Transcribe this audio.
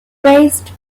praised